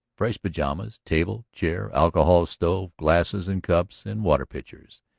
fresh pajamas, table, chair, alcohol-stove, glasses and cups and water-pitchers.